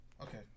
Okay